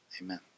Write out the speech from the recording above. amen